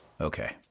Okay